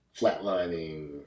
flatlining